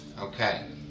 okay